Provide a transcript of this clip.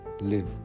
live